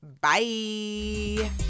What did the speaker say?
Bye